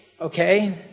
okay